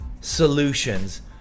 solutions